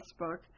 Facebook